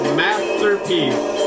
masterpiece